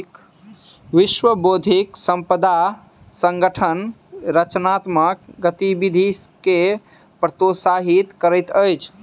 विश्व बौद्धिक संपदा संगठन रचनात्मक गतिविधि के प्रोत्साहित करैत अछि